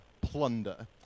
plunder